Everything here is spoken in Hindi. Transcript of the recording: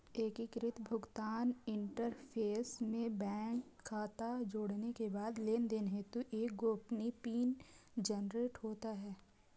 एकीकृत भुगतान इंटरफ़ेस में बैंक खाता जोड़ने के बाद लेनदेन हेतु एक गोपनीय पिन जनरेट होता है